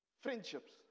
friendships